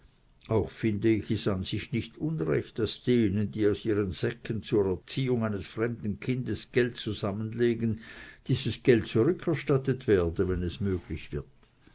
auch finde ich es an sich nicht unrecht daß denen die aus ihren säcken zur erziehung eines fremden kindes geld zusammen legen dieses geld zurückerstattet werde wenn es möglich wird